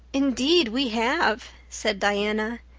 indeed we have, said diana.